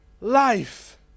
life